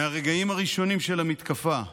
מהרגעים הראשונים של המתקפה אמרנו: